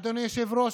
אדוני היושב-ראש,